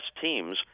teams